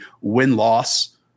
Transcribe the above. win-loss